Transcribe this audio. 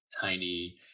tiny